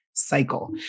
cycle